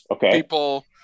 people